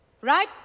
Right